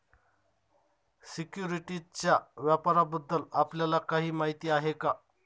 सिक्युरिटीजच्या व्यापाराबद्दल आपल्याला काही माहिती आहे का?